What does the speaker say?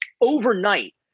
overnight